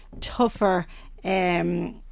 tougher